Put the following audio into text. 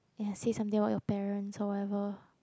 ya say something about your parents or whatever